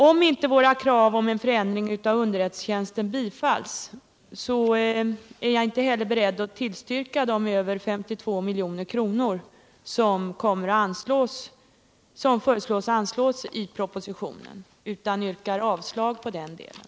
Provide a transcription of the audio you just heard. Om inte våra krav på en förändring av underrättelsetjänsten bifalls är jag inte heller beredd att tillstyrka det belopp på över 52 milj.kr. som föreslås bli anslaget enligt propositionen utan yrkar avslag på den delen.